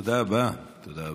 תודה רבה, תודה רבה.